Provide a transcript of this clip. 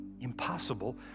impossible